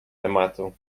tematu